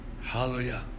Hallelujah